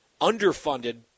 underfunded